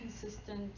consistent